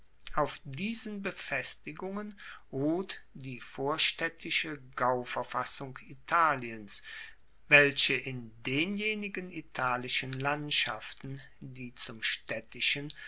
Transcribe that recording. auf diesen befestigungen ruht die vorstaedtische gauverfassung italiens welche in denjenigen italischen landschaften die zum staedtischen